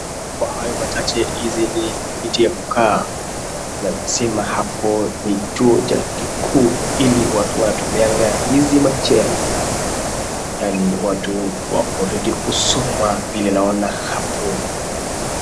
Kwa hayo machache hizi ni kiti ya kukaa lazima hapo ni chuo cha kikuu ili watu wanatumianga hizi machairs yaani watu wako ready kusoma vile naona hapo.